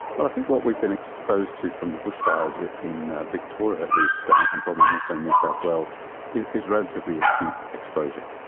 well, i think what we've been exposed to from the bushfires ah in victoria at least and probably also in ah so new south wales is is relatively acute exposure,